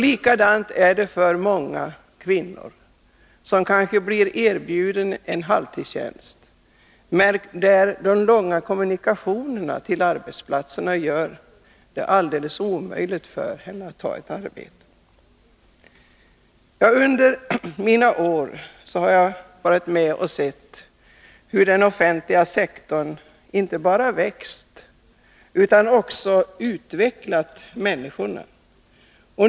Likadant är det för många kvinnor som kanske blir erbjudna halvtidstjänst men har så långa kommunikationer att det blir omöjligt för dem att ta ett sådant arbete. Under mina år har jag varit med om att se hur den offentliga sektorn inte bara växt utan också utvecklat människorna.